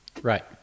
Right